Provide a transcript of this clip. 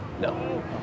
No